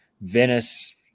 Venice